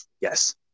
Yes